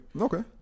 Okay